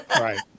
Right